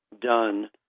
done